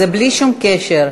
וזה בלי שום קשר.